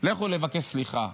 לכו לבקש סליחה,